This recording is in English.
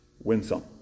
Winsome